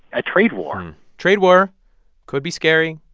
a trade war trade war could be scary,